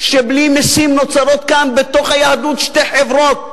שבלי משים נוצרות כאן בתוך היהדות שתי חברות